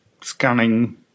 scanning